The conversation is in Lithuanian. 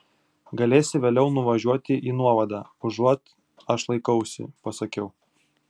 galėsi vėliau nuvažiuoti į nuovadą užuot aš laikausi pasakiau